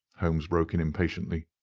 holmes broke in impatiently.